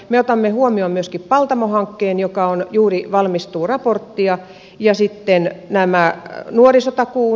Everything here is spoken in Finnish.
me otamme huomioon myöskin paltamo hankkeen josta juuri valmistuu raporttia ja sitten tämän nuorisotakuun